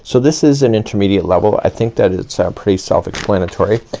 so this is an intermediate level. i think that it's a pretty self-explanatory.